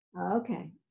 Okay